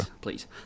Please